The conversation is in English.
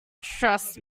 trust